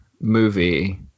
movie